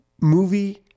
movie